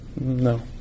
no